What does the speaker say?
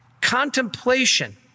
Contemplation